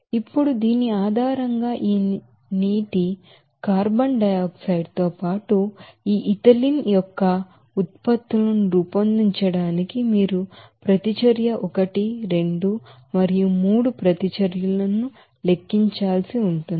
ఇప్పుడు దీని ఆధారంగా ఈ నీటి కార్బన్ డై ఆక్సైడ్ తో పాటు ఈ ఇథిలిన్ యొక్క ఈ ఉత్పత్తులను రూపొందించడానికి మీరు ప్రతిచర్య ఒకటి రెండు మరియు మూడు ప్రతిచర్యను లెక్కించాల్సి ఉంటుంది